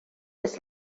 its